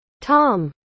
Tom